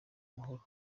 mahoro